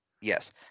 Yes